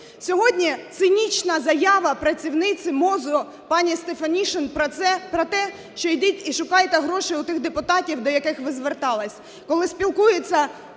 Сьогодні цинічна заява працівниці МОЗу пані Стефанишин про те, що йдіть і шукайте гроші в тих депутатів, до яких ви зверталися, коли спілкуються